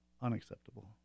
unacceptable